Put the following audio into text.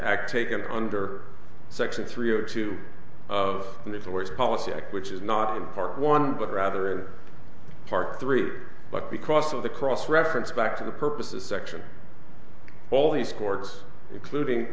act taken under section three hundred two of the doors policy act which is not in part one but rather part three but because of the cross reference back to the purposes section all these chords including